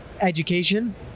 education